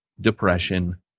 depression